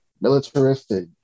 militaristic